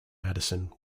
madison